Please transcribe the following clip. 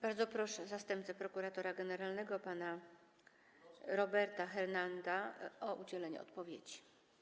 Bardzo proszę zastępcę prokuratora generalnego pana Roberta Hernanda o udzielenie odpowiedzi.